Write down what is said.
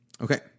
Okay